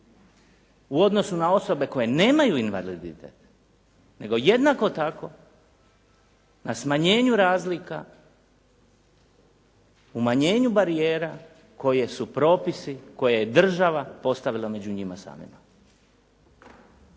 u odnosu na osobe koje nemaju invaliditet nego jednako tako na smanjenju razlika, umanjenju barijera koje su propisi, koje je država postavila među njima samima.